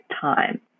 time